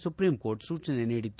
supreme court ಸೂಚನೆ ನೀಡಿತ್ತು